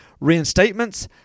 reinstatements